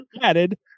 added